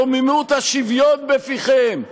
רוממות השוויון בפיכם,